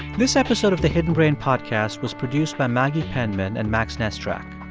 this episode of the hidden brain podcast was produced by maggie penman and max nesterak.